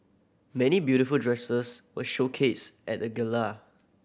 many beautiful dresses were showcased at the gala